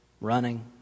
running